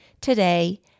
today